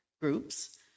groups